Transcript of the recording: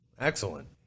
Excellent